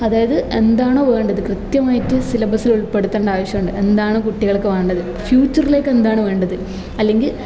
അതായത് എന്താണോ വേണ്ടത് കൃത്യമായിട്ട് സിലബസിൽ ഉൾപ്പെടുത്തേണ്ട ആവശ്യമുണ്ട് എന്താണ് കുട്ടികൾക്ക് വേണ്ടത് ഫ്യുച്ചറിലേക്ക് എന്താണ് വേണ്ടത് അല്ലെങ്കിൽ